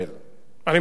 אני מאוד מודה לך.